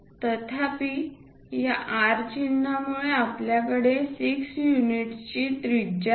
तथापि या R चिन्हामुळे आपल्याकडे 6 युनिटची त्रिज्या आहे